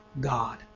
God